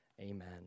Amen